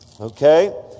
okay